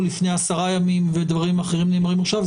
לפני 10 ימים ודברים אחרים נאמרים עכשיו.